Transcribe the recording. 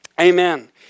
Amen